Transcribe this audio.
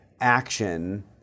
action